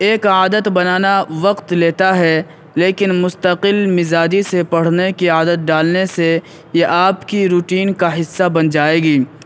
ایک عادت بنانا وقت لیتا ہے لیکن مستقل مزاجی سے پڑھنے کی عادت ڈالنے سے یہ آپ کی روٹین کا حصہ بن جائے گی